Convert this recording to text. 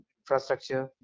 infrastructure